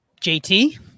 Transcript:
JT